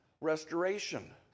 restoration